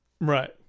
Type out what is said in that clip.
Right